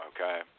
okay